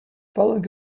following